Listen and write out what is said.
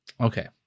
Okay